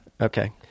Okay